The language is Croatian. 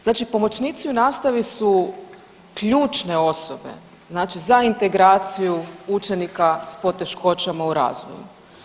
Znači pomoćnici u nastavi su ključne osobe, znači za integraciju učeniku s poteškoćama u razvoja.